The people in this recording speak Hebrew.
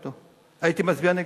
הייתי מצביע נגדו,